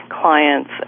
clients